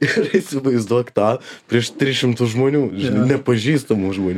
ir įsivaizduok tą prieš tris šimtus žmonių ž nepažįstamų žmonių